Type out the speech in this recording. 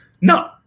no